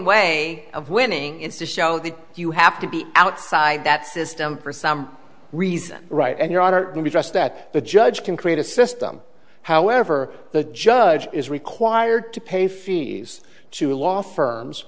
way of winning it's a show that you have to be outside that system for some reason right and you are going to trust that the judge can create a system however the judge is required to pay fees to law firms